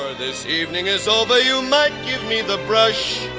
this evening is over, you might give me the brush.